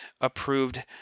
approved